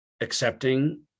accepting